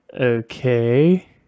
Okay